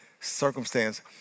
circumstance